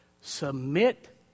Submit